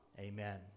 Amen